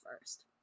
first